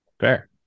fair